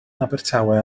abertawe